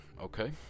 okay